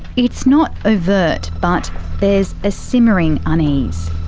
it's not overt, but there's a simmering unease.